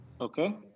okay